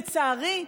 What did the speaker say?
לצערי,